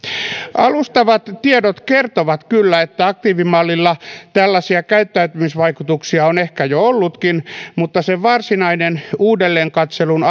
alustavat tiedot kertovat kyllä että aktiivimallilla tällaisia käyttäytymisvaikutuksia on ehkä jo ollutkin mutta se varsinainen uudelleen katselun